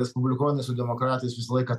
respublikonai su demokratais visą laiką